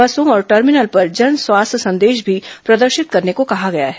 बसों और टर्मिनल पर जन स्वास्थ्य संदेश भी प्रदर्शित करने को कहा गया है